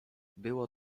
było